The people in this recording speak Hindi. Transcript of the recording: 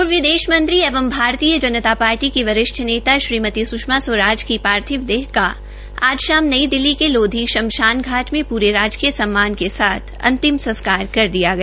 पूर्व विदेश मंत्री एवं भारतीय जनता पार्टी की वरिष्ठ नेता श्रीमती सुषमा स्वराज की पार्थिव देह का आज शाम नई दिल्ली के लोधी शमशान धाट में पूरे सम्मान के साथ अंतिम संस्कार कर दिया गया